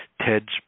ted's